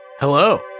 Hello